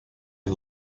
and